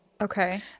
Okay